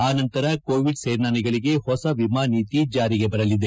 ಆನಂತರ ಕೋವಿಡ್ ಸೇನಾನಿಗಳಿಗೆ ಹೊಸ ವಿಮಾ ನೀತಿ ಜಾರಿಗೆ ಬರಲಿದೆ